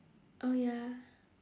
oh ya